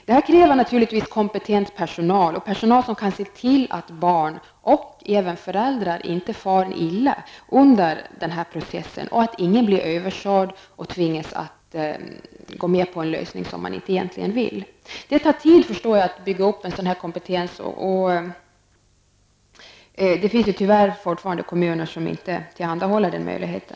Det kräver naturligtvis kompetent personal, personal som kan se till att barn och även föräldrar inte far illa under processen och att ingen blir överkörd och tvingas att gå med på en lösning som man egentligen inte vill gå med på. Jag förstår att det tar tid att bygga upp en sådan kompetens, och det finns tyvärr fortfarande kommuner som inte tillhandahåller denna möjlighet.